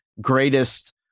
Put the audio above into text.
greatest